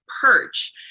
perch